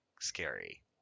scary